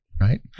right